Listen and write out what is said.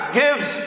gives